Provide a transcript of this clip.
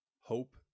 Hope